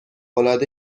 العاده